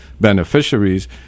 beneficiaries